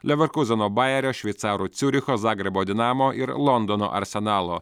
leverkūzeno bajerio šveicarų ciuricho zagrebo dinamo ir londono arsenalo